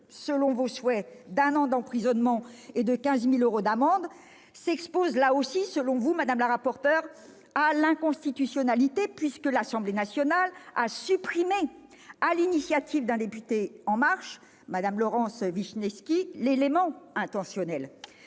selon vos souhaits, d'un an d'emprisonnement et de 15 000 euros d'amende, il s'expose aussi, selon Mme la rapporteure, à l'inconstitutionnalité, l'Assemblée nationale ayant supprimé, sur l'initiative d'un député En Marche, Mme Laurence Vichnievsky, l'élément intentionnel.